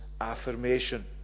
affirmation